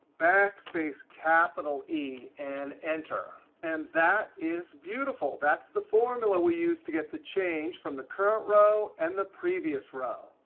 backspace capital e and enter. and that is beautiful. that's the formula we use to get the change from the current row and the previous row.